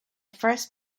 first